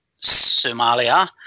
Somalia